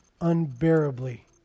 unbearably